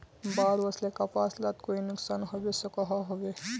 बाढ़ वस्ले से कपास लात कोई नुकसान होबे सकोहो होबे?